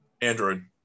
android